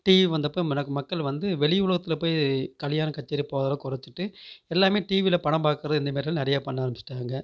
TV வந்தப்போ மக்கள் வந்து வெளி உலகத்தில் போய் கல்யாணம் கச்சேரி போகிறத குறைச்சுட்டு எல்லாமே டிவியில் படம் பார்க்குறது இந்தமாதிரி எல்லாம் நிறைய பண்ண ஆரம்பிச்சுட்டாங்க